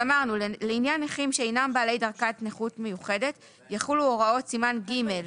לעניין נכים שאינם בעלי דרגת נכות מיוחדת יחולו הוראות סימן ג'